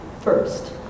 First